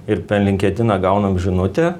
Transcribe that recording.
ir per linketiną gaunam žinutę